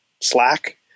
Slack